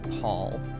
Paul